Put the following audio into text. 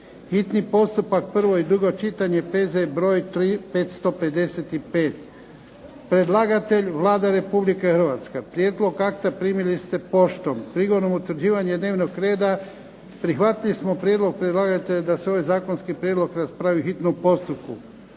hitni postupak, prvo i drugo čitanje, P.Z. br. 555 Predlagatelj Vlada Republike Hrvatske. Prijedlog akta primili ste poštom. Prigodom utvrđivanja dnevnog reda prihvatili smo prijedlog predlagatelja da se ovaj zakonski prijedlog raspravi u hitnom postupku.